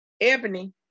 Ebony